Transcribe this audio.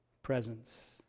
Presence